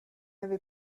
avait